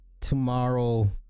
tomorrow